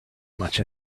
much